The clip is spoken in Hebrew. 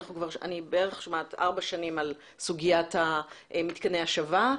אני שומעת בערך ארבע שנים על סוגיית מתקני ההשבה,